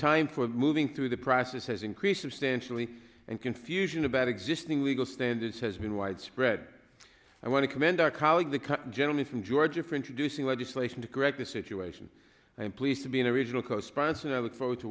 time for moving through the process has increased substantially and confusion about existing legal standards has been widespread i want to commend our colleague the gentleman from georgia for introducing legislation to correct the situation i'm pleased to be an original co sponsor i look forward to